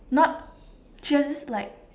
not just like